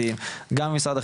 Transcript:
גם במשרד המשפטים,